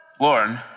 Lauren